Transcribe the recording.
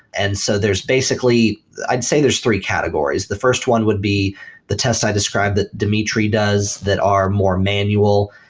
and so there's basically i'd say there's three categories. the first one would be the test i described that demetri does that are more manual,